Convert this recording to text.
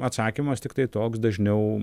atsakymas tiktai toks dažniau